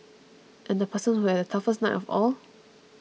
and the person who had the toughest night of all